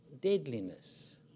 Deadliness